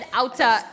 outer